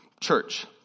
church